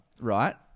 right